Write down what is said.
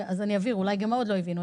אני אבהיר, אולי עוד כמה לא הבינו.